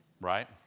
Right